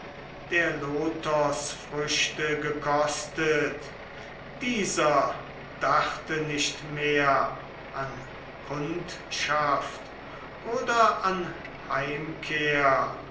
der lotosfrüchte gekostet dieser dachte nicht mehr an kundschaft oder an heimkehr